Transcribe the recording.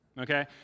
Okay